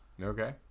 Okay